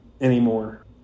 anymore